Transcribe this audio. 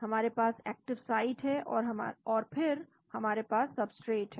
हमारे पास active site है और फिर हमारे पास सब्सट्रेट है